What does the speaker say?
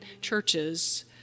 churches